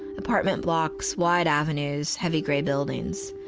apartment blocks, wide avenues, heavy grey buildings.